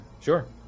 sure